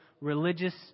religious